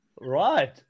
right